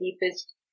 deepest